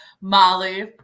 Molly